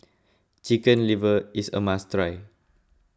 Chicken Liver is a must try